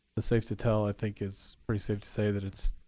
safe to tell, i think, it's pretty safe to say that it's,